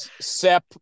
Sep